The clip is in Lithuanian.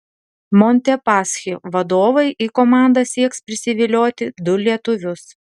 montepaschi vadovai į komandą sieks prisivilioti du lietuvius